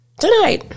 Tonight